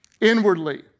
inwardly